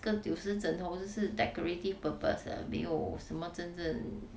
这个九十枕头真是 decorative purpose uh 没有什么真正